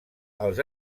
els